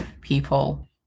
people